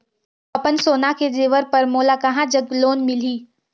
अपन सोना के जेवर पर मोला कहां जग लोन मिलही?